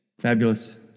Fabulous